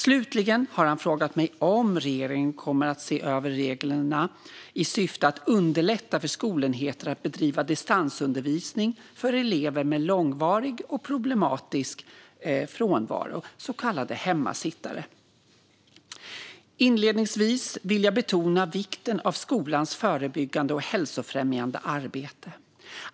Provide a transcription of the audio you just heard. Slutligen har han frågat mig om regeringen kommer att se över reglerna i syfte att underlätta för skolenheter att bedriva distansundervisning för elever med långvarig och problematisk frånvaro, så kallade hemmasittare. Inledningsvis vill jag betona vikten av skolans förebyggande och hälsofrämjande arbete.